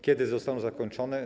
Kiedy zostaną zakończone?